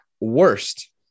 worst